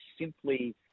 simply